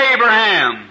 Abraham